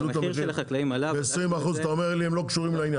את המחיר ב-20% ואתה אומר לי שהם לא קשורים לעניין?